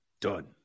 Done